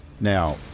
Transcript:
Now